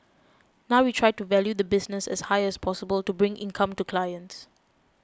now we try to value the business as high as possible to bring income to clients